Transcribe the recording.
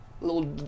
little